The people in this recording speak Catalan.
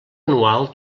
anual